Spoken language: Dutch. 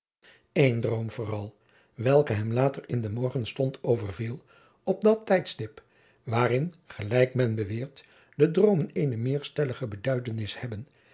een droom vooral welke hem later in den morgenstond overviel op dat tijdstip waarin gelijk men beweert de droomen eene meer stellige beduidenis hebben